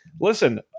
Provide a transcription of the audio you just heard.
listen